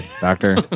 Doctor